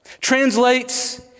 translates